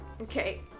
Okay